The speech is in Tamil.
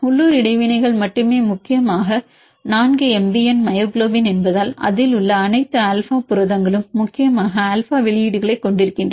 உள்ளூர் இடைவினைகள் மட்டுமே முக்கியமாக 4 எம்பிஎன் மயோகுளோபின் என்பதால் அதில் உள்ள அனைத்து ஆல்பா புரதங்களும் முக்கியமாக ஆல்பா வெளியீடுகளைக் கொண்டிருக்கின்றன